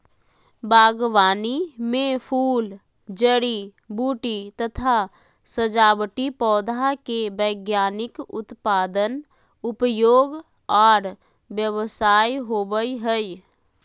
बागवानी मे फूल, जड़ी बूटी तथा सजावटी पौधा के वैज्ञानिक उत्पादन, उपयोग आर व्यवसाय होवई हई